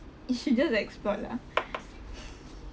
is she just explored lah